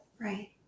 Right